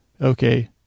Okay